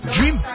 Dream